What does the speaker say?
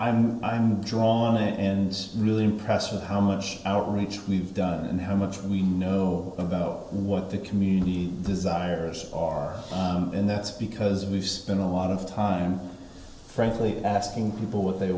feel drawn to and really impressed with how much outreach we've done and how much we know about what the community desires are and that's because we've spent a lot of time frankly asking people what they